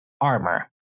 armor